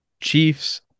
Chiefs